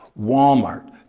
Walmart